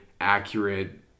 accurate